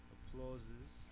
Applauses